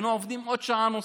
היינו עובדים עוד שעה נוספת,